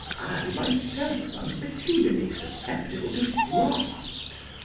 i myself am peculiarly susceptible to draughts.